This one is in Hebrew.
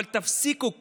אבל תפסיקו.